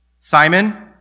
Simon